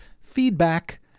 Feedback